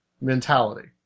mentality